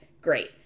Great